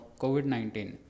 COVID-19